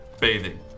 bathing